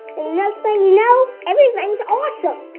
next thing you know everything's awesome!